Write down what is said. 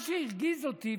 מה שהרגיז אותי,